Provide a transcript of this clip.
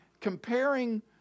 comparing